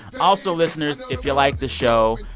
also, listeners, if you like the show,